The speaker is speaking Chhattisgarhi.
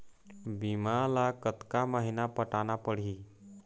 बीमा ला कतका महीना पटाना पड़ही?